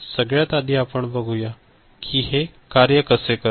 सगळ्यात आधी आपण बघूया कि हे कार्य कसे करते